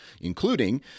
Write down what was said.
including